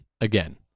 Again